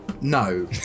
no